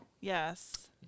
yes